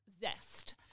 zest